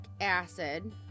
acid